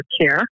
care